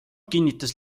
kinnitas